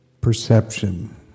perception